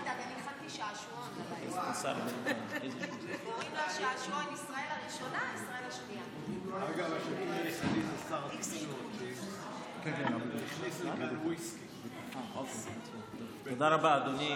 אדוני